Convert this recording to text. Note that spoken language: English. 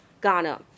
Ghana